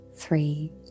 Three